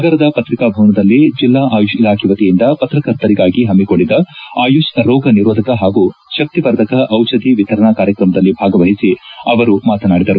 ನಗರದ ಪತ್ರಿಕಾ ಭವನದಲ್ಲಿ ಜಿಲ್ಲಾ ಆಯುಷ್ ಇಲಾಖೆ ವೆತಿಯಿಂದ ಪತ್ರಕರ್ತರಿಗಾಗಿ ಹಮ್ಮಿಕೊಂಡಿದ್ದ ಆಯುಷ್ ರೋಗ ನಿರೋಧಕ ಹಾಗೂ ಶಕ್ತಿವರ್ಧಕ ಔಷಧಿ ವಿತರಣಾ ಕಾರ್ಯಕ್ರಮದಲ್ಲಿ ಭಾಗವಹಿಸಿ ಅವರು ಮಾತನಾಡಿದರು